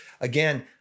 again